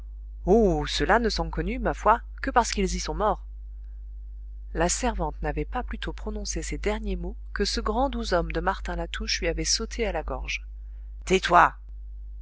oh ceux-là ne sont connus ma foi que parce qu'ils y sont morts la servante n'avait pas plus tôt prononcé ces derniers mots que ce grand doux homme de martin latouche lui avait sauté à la gorge tais-toi